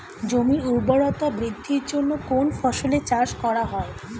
জমির উর্বরতা বৃদ্ধির জন্য কোন ফসলের চাষ করা হয়?